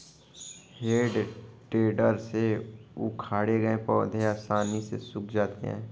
हेइ टेडर से उखाड़े गए पौधे आसानी से सूख जाते हैं